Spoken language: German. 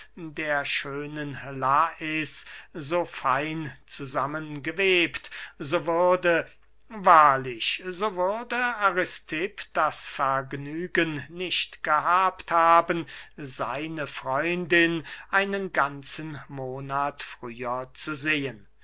der schönen lais so fein zusammengewebt so würde wahrlich so würde aristipp das vergnügen nicht gehabt haben seine freundin einen ganzen monat früher zu sehen